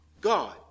god